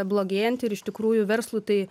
blogėja ir iš tikrųjų verslui tai